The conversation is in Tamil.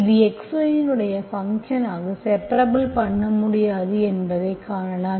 இது xy இன் ஃபங்க்ஷன் ஆக செபரபுல் பண்ண முடியாது என்பதை காணலாம்